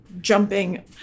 jumping